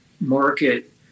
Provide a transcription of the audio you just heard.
market